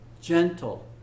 gentle